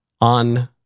on